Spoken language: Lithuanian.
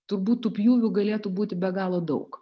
turbūt tų pjūvių galėtų būti be galo daug